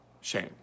shame